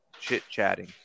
chit-chatting